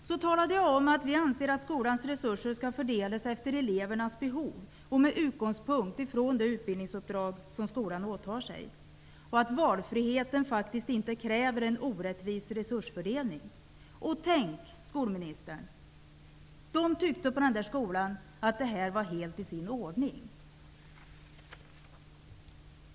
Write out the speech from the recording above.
Jag talade vidare om att vi anser att skolans resurser skall fördelas efter elevernas behov och med utgångspunkt i det utbildningsuppdrag som skolan åtar sig och att valfriheten faktiskt inte kräver en orättvis resursfördelning. Och tänk, skolministern, att det tyckte de på den här skolan var helt i sin ordning!